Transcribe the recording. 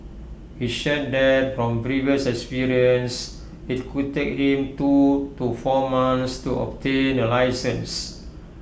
he shared that from previous experience IT could take him two to four months to obtain A licence